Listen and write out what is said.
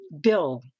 bill